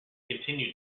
continued